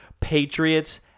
Patriots